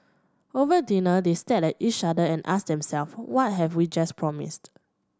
over dinner they stared at each other and asked them self what have we just promised